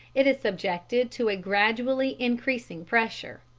it is subjected to a gradually increasing pressure.